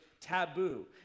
taboo